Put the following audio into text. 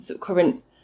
current